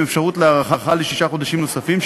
עם אפשרות להארכה לשישה חודשים נוספים,